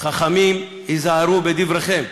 חכמים, היזהרו בדבריכם,